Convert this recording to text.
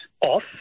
off